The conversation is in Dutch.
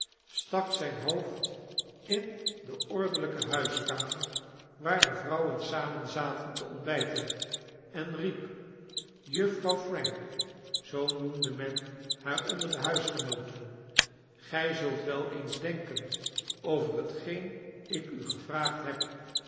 stak zijn hoofd in de ordelijke huiskamer waar de vrouwen samen zaten te ontbijten en riep juffrouw frank zoo noemde men haar onder de huisgenooten gij zult wel eens denken over hetgeen ik u gevraagd heb